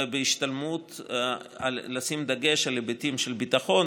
ובהשתלמות לשים דגש על היבטים של ביטחון,